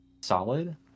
solid